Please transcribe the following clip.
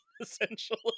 essentially